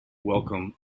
welcome